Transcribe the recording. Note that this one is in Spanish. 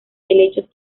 helechos